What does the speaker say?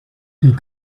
die